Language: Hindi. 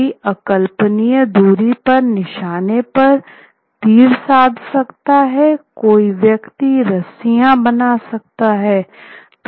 कोई अकल्पनीय दूरी पर निशाने पर तीर साद सकता है कोई व्यक्ति रस्सियाँ बना सकता है